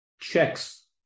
checks